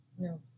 No